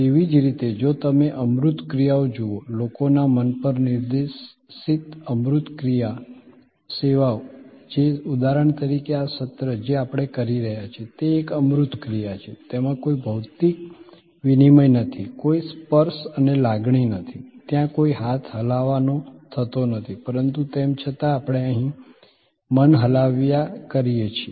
તેવી જ રીતે જો તમે અમૂર્ત ક્રિયાઓ જુઓ લોકોના મન પર નિર્દેશિત અમૂર્ત ક્રિયા સેવાઓ જે ઉદાહરણ તરીકે આ સત્ર જે આપણે કરી રહ્યા છીએ તે એક અમૂર્ત ક્રિયા છે તેમાં કોઈ ભૌતિક વિનિમય નથી કોઈ સ્પર્શ અને લાગણી નથી ત્યાં કોઈ હાથ હલાવવાનો થતો નથી પરંતુ તેમ છતાં આપણે અહીં મન હલાવીયે કરીએ છીએ